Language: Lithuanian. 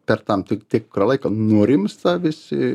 per tam tik tikrą laiką nurimsta visi